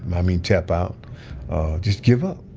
i mean tap out just give up